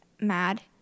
mad